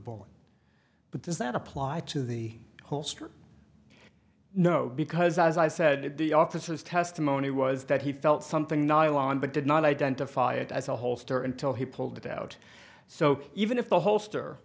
ball but does that apply to the whole street no because as i said the officer's testimony was that he felt something nylon but did not identify it as a holster until he pulled it out so even if the holster